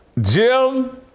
Jim